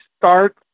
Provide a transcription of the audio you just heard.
start